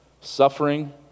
suffering